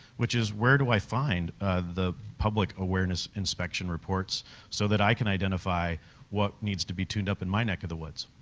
which is where do i find the public awareness inspection reports so that i can identify what needs to be tuned up in my neck of the woods?